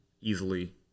easily